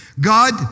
God